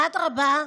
"אדרבה,